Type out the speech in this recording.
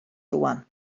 rwan